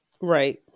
Right